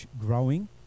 growing